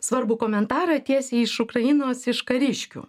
svarbų komentarą tiesiai iš ukrainos iš kariškių